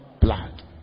blood